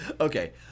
Okay